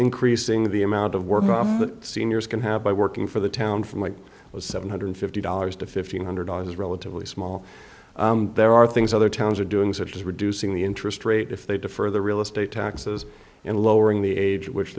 increasing the amount of work seniors can have by working for the town from what was seven hundred fifty dollars to fifteen hundred dollars relatively small there are things other towns are doing such as reducing the interest rate if they defer the real estate taxes and lowering the age at which